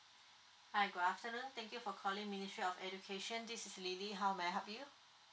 hi good afternoon thank you for calling ministry of education this is lily how may I help you